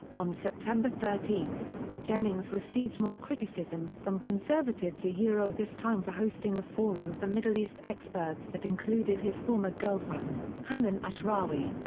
on september thirteen, jennings received more criticism from conservatives ah this time for hosting a forum for middle east experts that included his former girlfriend, hanan ashrawi.